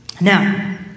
now